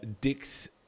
Dick's